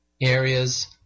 areas